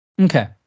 Okay